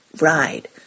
ride